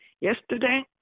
Yesterday